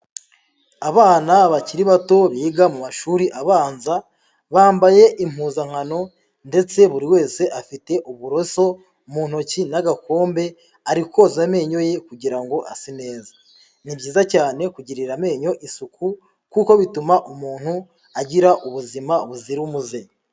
Abana bakiri bato biga mu mashuri abanza, bambaye impuzankano ndetse buri wese afite uburoso mu ntoki n'agakombe ari koza amenyo ye kugira ngo ase neza, ni byiza cyane kugirira amenyo isuku kuko bituma umuntu agira ubuzima buzira umuze.